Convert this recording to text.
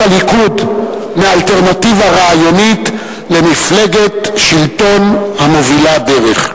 הליכוד מאלטרנטיבה רעיונית למפלגת שלטון המובילה דרך.